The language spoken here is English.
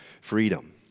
freedom